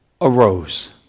arose